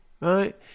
right